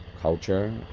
culture